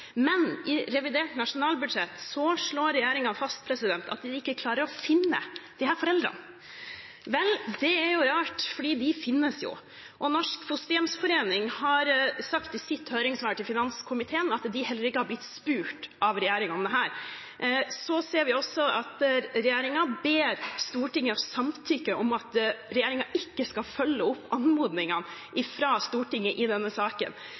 Men i revidert nasjonalbudsjett slår regjeringen fast at de ikke klarer å finne disse foreldrene. Vel, det er rart, for de finnes jo, og Norsk Fosterhjemsforening har i sitt høringssvar til finanskomiteen sagt at de heller ikke er blitt spurt av regjeringen om dette. Vi ser også at regjeringen ber Stortinget om samtykke til at regjeringen ikke skal følge opp anmodningene fra Stortinget i denne saken.